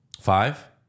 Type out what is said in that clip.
five